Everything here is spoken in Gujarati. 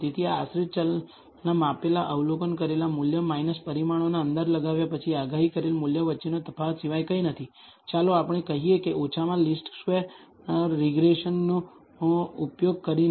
તેથી આ આશ્રિત ચલના માપેલા અવલોકન કરેલ મૂલ્ય પરિમાણોનો અંદાજ લગાવ્યા પછી આગાહી કરેલ મૂલ્ય વચ્ચેનો તફાવત સિવાય કંઈ નથી ચાલો આપણે કહીએ કે ઓછામાં લિસ્ટ સ્કવેર્સ રીગ્રેસન નો ઉપયોગ કરીને